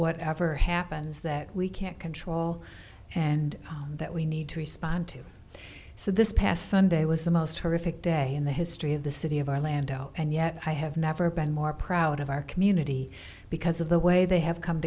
whatever happens that we can't control and that we need to respond to so this past sunday was the most horrific day in the history of the city of orlando and yet i have never been more proud of our community because of the way they have come